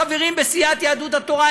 החברים בסיעת יהדות התורה,